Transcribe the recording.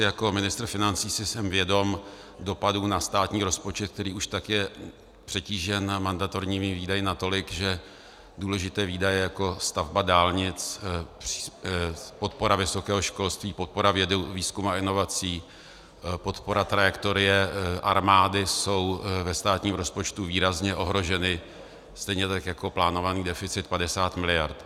Jako ministr financí si jsem vědom dopadu na státní rozpočet, který už tak je přetížen mandatorními výdaji natolik, že důležité výdaje jako stavba dálnic, podpora vysokého školství, podpora vědy, výzkumu a inovací, podpora trajektorie armády jsou ve státním rozpočtu výrazně ohroženy, stejně tak jako plánovaný deficit 50 miliard.